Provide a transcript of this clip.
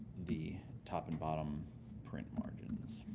the top and bottom print margins.